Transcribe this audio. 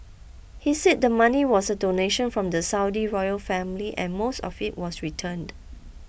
he said the money was a donation from the Saudi royal family and most of it was returned